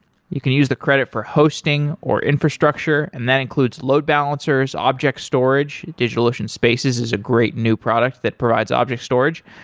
you can use the credit for hosting, or infrastructure, and that includes load balancers, object storage. digitalocean spaces is a great new product that provides object storage,